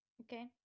Okay